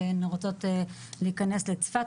והן רוצות להיכנס לצפת,